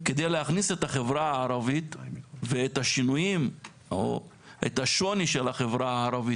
כדי להכניס את החברה הערבית ואת השינויים או את השוני של החברה הערבית,